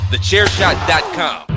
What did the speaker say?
TheChairShot.com